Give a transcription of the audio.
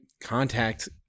contact